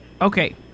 Okay